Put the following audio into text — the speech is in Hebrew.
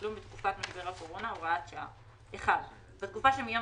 תשלום בתקופת משבר הקורונה הוראת שעה 1.בתקופה שמיום